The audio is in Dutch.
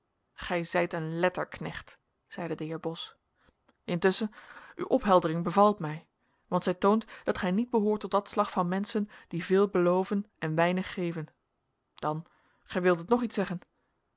gij zijt een letterknecht zeide de heer bos intusschen uw opheldering bevalt mij want zij toont dat gij niet behoort tot dat slag van menschen die veel beloven en weinig geven dan gij wildet nog iets zeggen